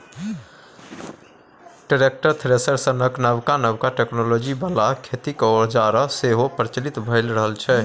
tractor, thresher सनक नबका नबका टेक्नोलॉजी बला खेतीक औजार सेहो प्रचलित भए रहल छै